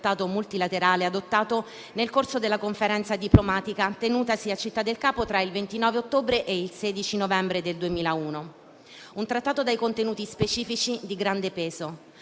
nel Trattato multilaterale adottato nel corso della conferenza diplomatica tenutasi a Città del Capo tra il 29 ottobre e il 16 novembre del 2001; un Trattato dai contenuti specifici di grande peso.